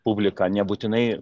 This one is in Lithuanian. publiką nebūtinai